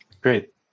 Great